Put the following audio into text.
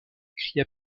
cria